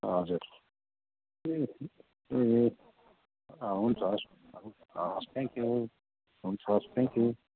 हजुर ए ए हुन्छ हवस् हवस् थ्याङ्क्यु हुन्छ थ्याङ्क्यु